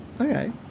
Okay